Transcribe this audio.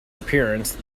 appearance